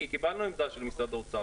כי קיבלנו עמדה של משרד האוצר.